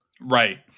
Right